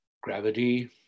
gravity